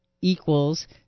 equals